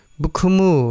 bukumu